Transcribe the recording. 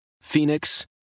Phoenix